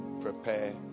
prepare